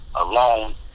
alone